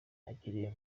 akeneye